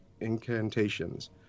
incantations